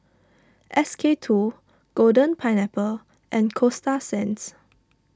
S K two Golden Pineapple and Coasta Sands